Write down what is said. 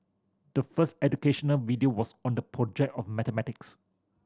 the first educational video was on the project of mathematics